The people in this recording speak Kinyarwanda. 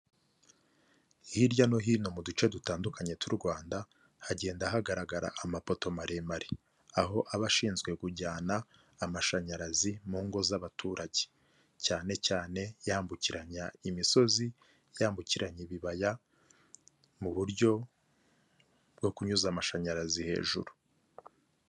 Hirya no hino mu duce dutandukanye tw' u Rwanda, hagenda hagaragara amapoto maremare, aho aba ashinzwe kujyana amashanyarazi mu ngo z'abaturage, cyane cyane yambukiranya imisozi, yambukiranya ibibaya, mu buryo bwo kunyuza amashanyarazi hejuru.